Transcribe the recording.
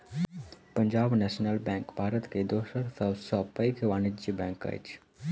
Punjab national bank Bharat के दोसर सब सॅ पैघ वाणिज्य बैंक अछि